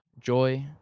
joy